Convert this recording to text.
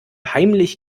heimlich